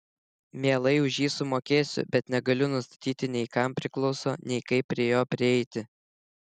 mielai už jį sumokėsiu bet negaliu nustatyti nei kam priklauso nei kaip prie jo prieiti